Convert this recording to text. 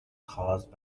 caused